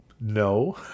no